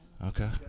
Okay